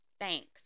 Thanks